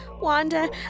Wanda